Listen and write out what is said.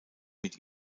mit